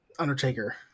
undertaker